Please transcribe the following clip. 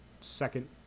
second